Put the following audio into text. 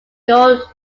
gold